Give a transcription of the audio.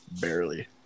Barely